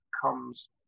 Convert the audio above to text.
comes